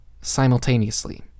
simultaneously